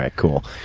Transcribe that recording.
ah cool.